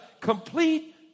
Complete